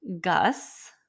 Gus